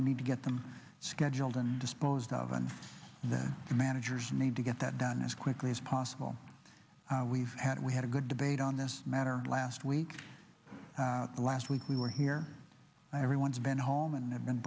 we need to get them scheduled and disposed of and the managers need to get that done as quickly as possible we've had we had a good debate on this matter last week the last week we were here and everyone's been home and have been